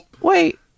Wait